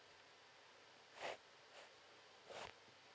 okay